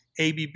abb